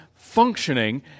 functioning